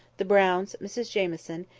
the browns, mrs jamieson,